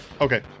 Okay